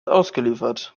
ausgeliefert